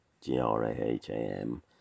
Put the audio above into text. g-r-a-h-a-m